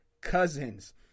cousins